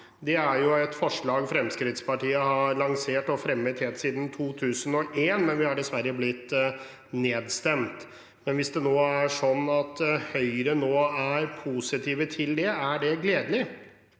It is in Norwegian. Det er et forslag Fremskrittspartiet har lansert og fremmet helt siden 2001, men vi har dessverre blitt nedstemt. Hvis det er sånn at Høyre nå er positive til det, er det gledelig.